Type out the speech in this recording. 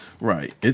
right